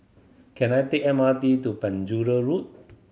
can I take M R T to Penjuru Road